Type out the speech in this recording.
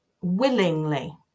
willingly